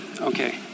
okay